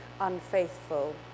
unfaithful